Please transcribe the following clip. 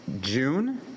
June